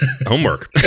homework